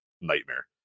nightmare